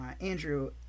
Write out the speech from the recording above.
Andrew